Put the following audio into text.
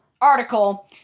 article